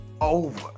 over